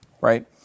right